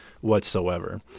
whatsoever